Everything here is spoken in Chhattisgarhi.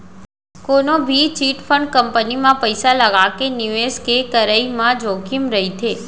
कोनो भी चिटफंड कंपनी म पइसा लगाके निवेस के करई म जोखिम रहिथे